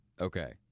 Okay